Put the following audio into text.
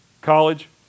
College